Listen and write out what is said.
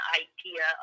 idea